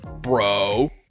bro